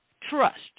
Trust